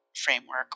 framework